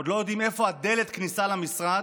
עוד לא יודעים איפה דלת הכניסה למשרד,